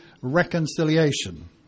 Reconciliation